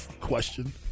question